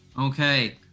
Okay